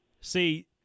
See